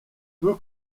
peu